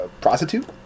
prostitute